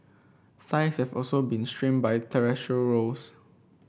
have also been strained by rows